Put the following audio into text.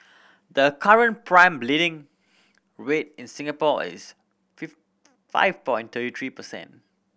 the current prime lending rate in Singapore is five point thirty three percent